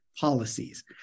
policies